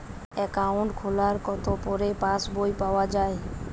Account খোলার কতো পরে পাস বই পাওয়া য়ায়?